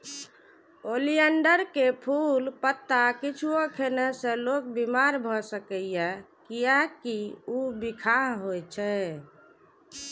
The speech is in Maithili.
ओलियंडर के फूल, पत्ता किछुओ खेने से लोक बीमार भए सकैए, कियैकि ऊ बिखाह होइ छै